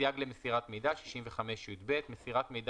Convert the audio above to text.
65יב.סייג למסירת מידע מסירת מידע